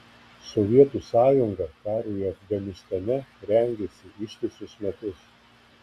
sovietų sąjunga karui afganistane rengėsi ištisus metus